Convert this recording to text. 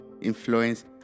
influence